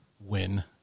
win